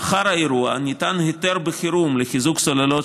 לאחר האירוע ניתן היתר בחירום לחיזוק סוללות